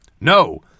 No